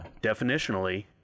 Definitionally